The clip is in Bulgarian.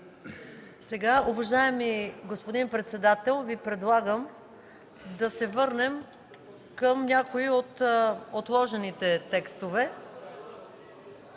Уважаеми господин председател, сега предлагам да се върнем към някои от отложените текстове.